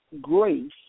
grace